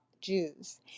Jews